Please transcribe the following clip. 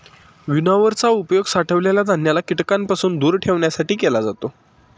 winnower चा उपयोग साठवलेल्या धान्याला कीटकांपासून दूर ठेवण्यासाठी केला जातो